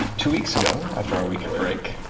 two weeks ago, after our week of break,